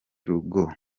rugo